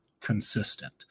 consistent